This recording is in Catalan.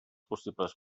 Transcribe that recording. possibles